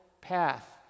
path